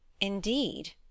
Indeed